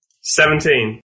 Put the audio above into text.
Seventeen